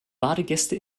badegäste